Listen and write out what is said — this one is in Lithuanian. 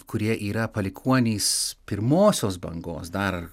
kurie yra palikuonys pirmosios bangos dar